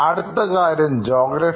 അടുത്ത കാര്യം ജോഗ്രഫി